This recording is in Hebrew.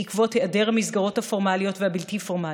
בעקבות היעדר המסגרות הפורמליות והבלתי-פורמליות,